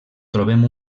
trobem